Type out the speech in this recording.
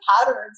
patterns